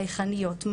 חייכניות,